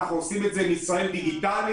אנחנו עושים את זה לישראל דיגיטלית